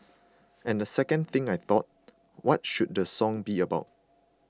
and the second thing I thought what should the song be about